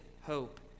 hope